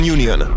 Union